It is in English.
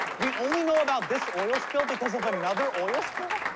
we only know about this oil spill because of another oil spill?